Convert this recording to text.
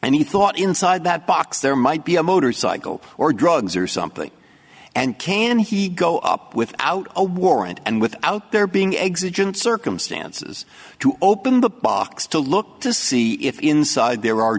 and he thought inside that box there might be a motorcycle or drugs or something and can he go up without a warrant and without there being exit in circumstances to open the box to look to see if inside there are